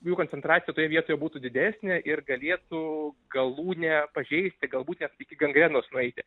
jų koncentracija toje vietoje būtų didesnė ir galėtų galūnę pažeisti galbūt net iki gangrenos nueiti